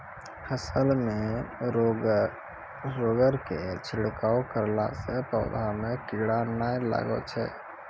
फसल मे रोगऽर के छिड़काव करला से पौधा मे कीड़ा नैय लागै छै?